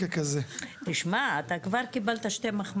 שלגישתי,